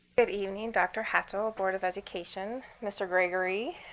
good evening, dr. hatchell, board of education, mr. gregory,